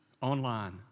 Online